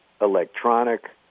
electronic